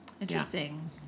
interesting